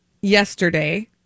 yesterday